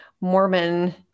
Mormon